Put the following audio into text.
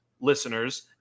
listeners